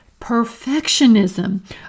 perfectionism